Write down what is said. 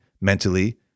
mentally